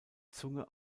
zunge